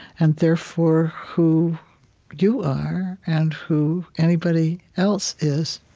and therefore who you are, and who anybody else is.